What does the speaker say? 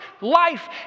life